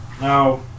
Now